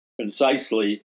concisely